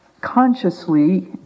consciously